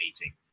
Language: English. meeting